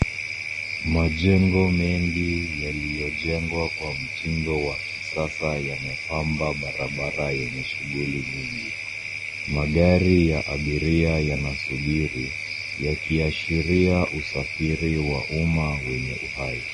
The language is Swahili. Majengo mengi yaliyojengwa kwa mtindo wa kisasa yamepamba barabara yenye shughuli nyingi. Magari ya abiria yanasubiri yakiashiria usafiri wa umma wenye uhai.